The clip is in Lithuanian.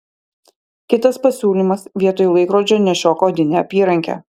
kitas pasiūlymas vietoj laikrodžio nešiok odinę apyrankę